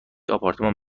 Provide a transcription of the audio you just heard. آپارتمان